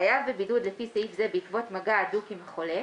חייב בבידוד לפי סעיף זה בעקבות מגע הדוק עם החולה,